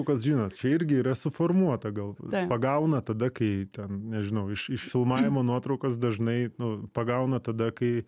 kas žinot čia irgi yra suformuota gal pagauna tada kai ten nežinau iš iš filmavimo nuotraukos dažnai nu pagauna tada kai